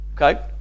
Okay